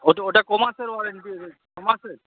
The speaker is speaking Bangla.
ওটা ওটা ক মাসের ওয়ারেন্টি ছ মাসের